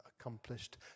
accomplished